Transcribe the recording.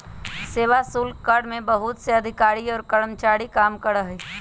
सेवा शुल्क कर में बहुत से अधिकारी और कर्मचारी काम करा हई